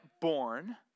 born